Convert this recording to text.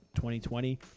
2020